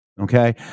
Okay